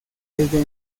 desde